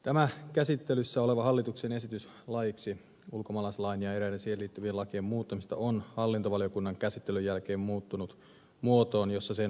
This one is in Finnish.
tämä käsittelyssä oleva hallituksen esitys laiksi ulkomaalaislain ja eräiden siihen liittyvien lakien muuttamisesta on hallintovaliokunnan käsittelyn jälkeen muuttunut muotoon jossa sen voi hyväksyä